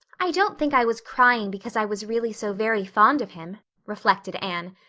i don't think i was crying because i was really so very fond of him, reflected anne.